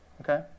Okay